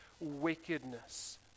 wickedness